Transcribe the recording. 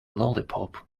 lollipop